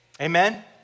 Amen